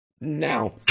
now